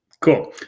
Cool